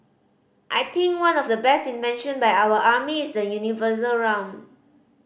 I think one of the best invention by our army is the universal round